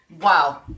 Wow